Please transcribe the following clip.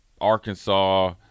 Arkansas